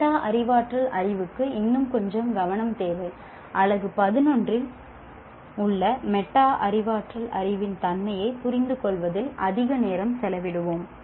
meta அறிவாற்றல் அறிவுக்கு இன்னும் கொஞ்சம் கவனம் தேவை அலகு 11 இல் உள்ள மெட்டா அறிவாற்றல் அறிவின் தன்மையைப் புரிந்துகொள்வதில் அதிக நேரம் செலவிடுவோம்